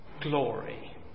glory